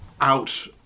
out